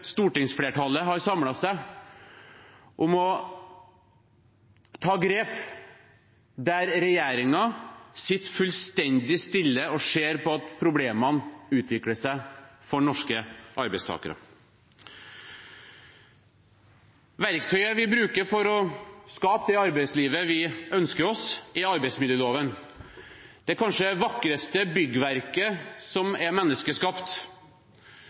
stortingsflertallet har samlet seg om å ta grep, der regjeringen sitter fullstendig stille og ser på at problemene utvikler seg for norske arbeidstakere. Verktøyet vi bruker for å skape det arbeidslivet vi ønsker oss, er arbeidsmiljøloven, kanskje det vakreste byggverket som er menneskeskapt.